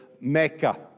Mecca